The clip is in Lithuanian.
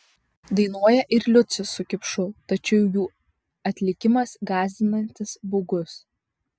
dainuoja ir liucius su kipšu tačiau jų atlikimas gąsdinantis baugus